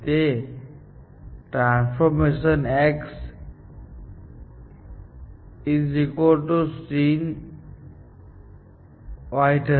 તેથી transformation x sin y થશે